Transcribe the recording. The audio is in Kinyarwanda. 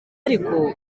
ariko